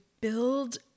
build